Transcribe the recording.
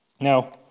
Now